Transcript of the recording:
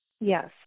Yes